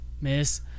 Miss